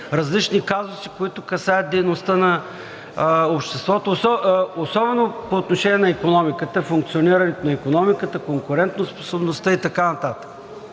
различни казуси, които касаят дейността на обществото, особено по отношение на икономиката, функционирането на икономиката, конкурентоспособността и така